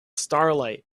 starlight